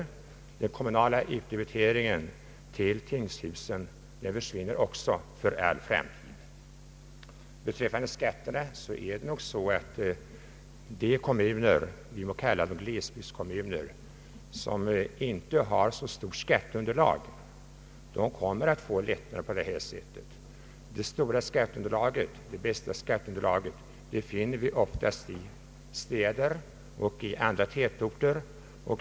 även den kommunala utdebiteringen till tingshusen försvinner för all framtid. De kommuner — vi må kalla dem glesbygdskommuner — som inte har så stort skatteunderlag kommer att få lättnader på detta sätt. Det största skatteunderlaget finner vi oftast i städer och andra tätorter.